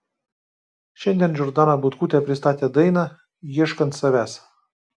šiandien džordana butkutė pristatė dainą ieškant savęs